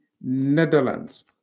Netherlands